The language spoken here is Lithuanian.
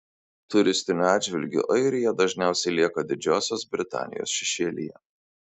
turistiniu atžvilgiu airija dažniausiai lieka didžiosios britanijos šešėlyje